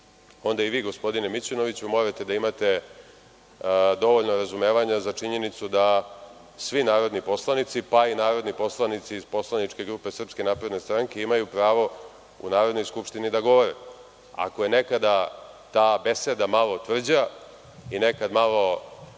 onda i vi, gospodine Mićunoviću, morate da imate dovoljno razumevanja za činjenicu da svi narodni poslanici, pa i narodni poslanici iz poslaničke grupe SNS imaju pravo u Narodnoj skupštini da govore. Ako je nekada ta beseda malo tvrđa i nekad malo